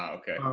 okay,